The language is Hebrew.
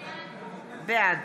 בעד